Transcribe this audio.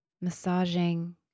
massaging